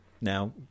now